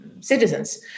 citizens